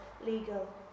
legal